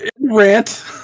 rant